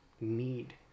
need